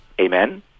Amen